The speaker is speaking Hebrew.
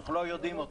אנחנו לא יודעים אותן.